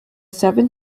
seven